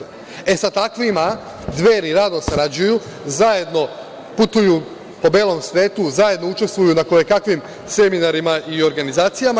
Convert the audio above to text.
E, sa takvima Dveri rado sarađuju, zajedno putuju po belom svetu, zajedno učestvuju na kojekakvim seminarima i organizacijama.